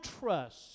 trust